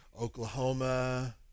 Oklahoma